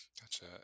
Gotcha